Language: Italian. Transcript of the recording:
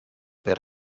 per